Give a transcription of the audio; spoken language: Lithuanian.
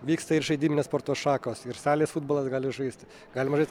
vyksta ir žaidybinės sporto šakos ir salės futbolas gali žaisti galima žaisti